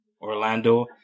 Orlando